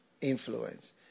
influence